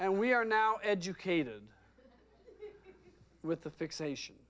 and we are now educated with the fixation